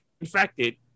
infected